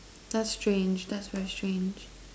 that's strange that's very strange